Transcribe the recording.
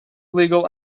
legal